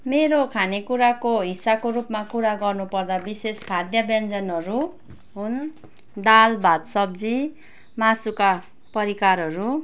मेरो खाने कुराको हिस्साको रूपमा कुरा गर्नु पर्दा विशेष खाद्य व्यन्जनहरू हुन् दाल भात सब्जी मासुका परिकारहरू